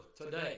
today